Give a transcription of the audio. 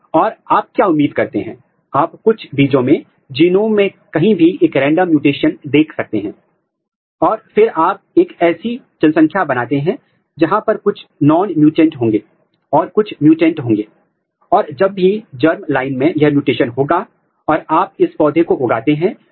किस विधि या किस तरीके से आप इसका पता लगाने जा रहे हैं इस पर निर्भर करता है कि अगर आप कोलिमेट्रिक परख करना चाहते हैं तो हम एंटी डीआईजी एंटीबॉडी का उपयोग करते हैं जिसमें क्षारीय फॉस्फेटस संयुग्म होते हैं